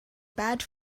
badge